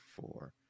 four